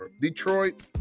Detroit